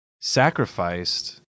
sacrificed